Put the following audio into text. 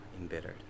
embittered